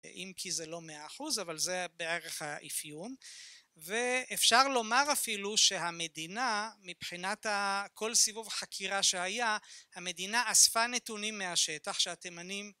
אם כי זה לא מאה אחוז אבל זה בערך האפיון, ואפשר לומר אפילו שהמדינה מבחינת כל סיבוב חקירה שהיה, המדינה אספה נתונים מהשטח שהתימנים